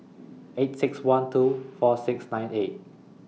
eight six one two four six nine eight